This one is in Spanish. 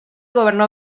gobernó